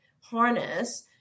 harness